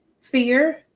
fear